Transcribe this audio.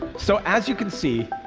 so as you can see,